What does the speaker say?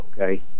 okay